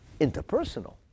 Interpersonal